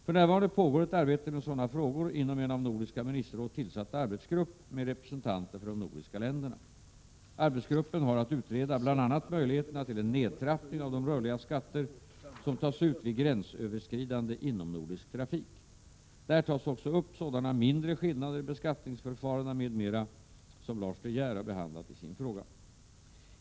För närvarande pågår ett arbete med sådana frågor inom en av Nordiska ministerrådet tillsatt arbetsgrupp med representanter för de nordiska länderna. Arbetsgruppen har att utreda bl.a. möjligheterna till en nedtrappning av de rörliga skatter som tas ut vid gränsöverskridande inomnordisk trafik. Där tas också upp sådana mindre skillnader i beskattningsförfarandena m.m. som Lars De Geer har behandlat i sin fråga.